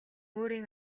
өөрийн